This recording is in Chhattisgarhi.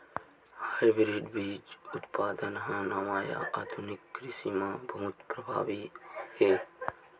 हाइब्रिड बीज उत्पादन हा नवा या आधुनिक कृषि मा बहुत प्रभावी हे